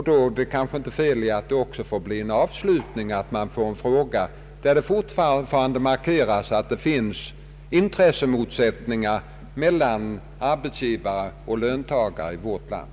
Då är det kanske inte fel att det blir en avslutning som markerar att det fortfarande finns intressemotsättningar mellan arbetsgivare och löntagare i vårt land.